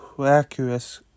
Accurate